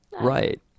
Right